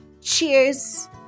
Cheers